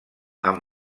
amb